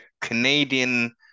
Canadian